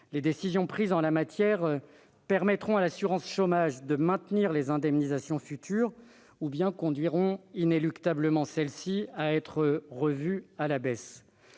Les décisions prises en la matière permettront à ce dernier de maintenir les indemnisations futures, ou bien conduiront inéluctablement celles-ci à être revues à la baisse.